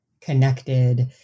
connected